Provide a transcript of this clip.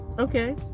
okay